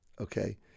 okay